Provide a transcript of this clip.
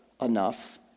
enough